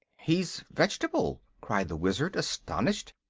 he's vegetable! cried the wizard, astonished.